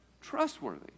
Trustworthy